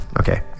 Okay